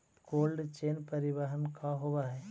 Cold chain परिवहन का होव हइ?